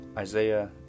Isaiah